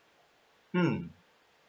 mm